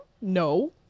no